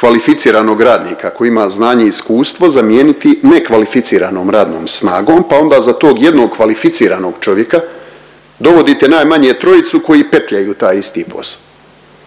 kvalificiranog radnika koji ima znanje i iskustvo zamijeniti nekvalificiranom radnom snagom, pa onda za tog jednog kvalificiranog čovjeka dovodite najmanje trojicu koji petljanju taj isti posao,